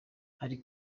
hari